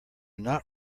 not